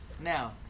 Now